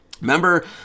Remember